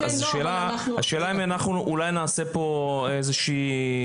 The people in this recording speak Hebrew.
השאלה אם אנחנו אולי נעשה פה איזה שהוא מעקב.